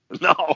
No